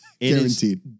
Guaranteed